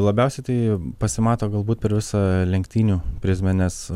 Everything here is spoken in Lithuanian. labiausiai tai pasimato galbūt per visą lenktynių prizmę nes